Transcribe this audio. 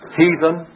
heathen